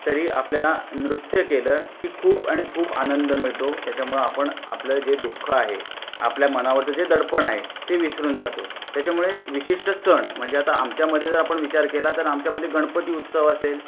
तरी आपल्याला नृत्य केलं की खूप आणि खूप आनंद मिळतो त्याच्यामुळं आपण आपलं जे दुःख आहे आपल्या मनावरचं जे दडपण आहे ते विसरून जातो त्याच्यामुळे विशिष्ट सण म्हणजे आता आमच्यामध्ये जर आपण विचार केला तर आमच्यामध्ये गणपती उत्सव असेल